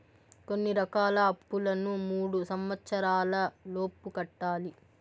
కొన్ని రకాల అప్పులను మూడు సంవచ్చరాల లోపు కట్టాలి